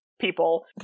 people